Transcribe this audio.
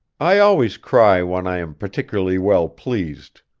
i always cry when i am particularly well pleased.